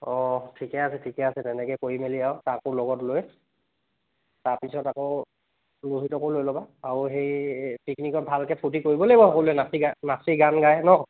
অঁ ঠিকে আছে ঠিকে আছে তেনেকৈ কৰি মেলি আৰু তাকো লগত লৈ তাৰপিছত আকৌ ৰোহিতকো লৈ ল'বা আৰু সেই পিকনিকত ভালকৈ ফূৰ্তি কৰিব লাগিব সকলোৱে নাচি নাচি গান গাই ন